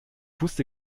wusste